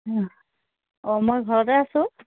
ও অ মই ঘৰতে আছোঁ